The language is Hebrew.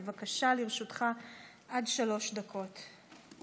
בבקשה, לרשותך עד שלוש דקות.